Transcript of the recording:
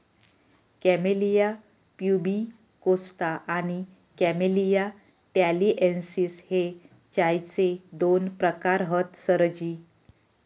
camellia pubicosta आणि camellia taliensis हे चायचे दोन प्रकार हत सरजी